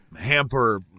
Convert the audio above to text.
hamper